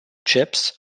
chips